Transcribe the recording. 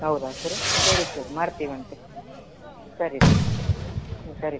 ಹೌದಾ ಸರ್ ಸರಿ ಸರಿ ಮಾಡ್ತೀವಂತೆ ಸರಿ ಸರ್ ಸರಿ